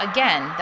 Again